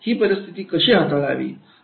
आणि ही परिस्थिती कशी हाताळावी